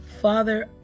Father